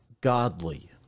godly